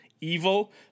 evil